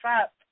up